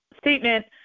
statement